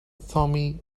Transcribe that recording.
tommy